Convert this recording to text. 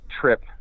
trip